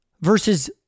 versus